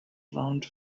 around